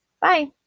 Bye